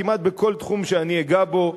כמעט בכל תחום שאני אגע בו,